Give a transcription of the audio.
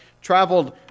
traveled